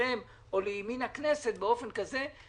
לימינכם או לימין הכנסת באופן כזה כדי